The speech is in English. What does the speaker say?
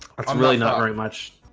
i'm really not very much